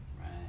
Right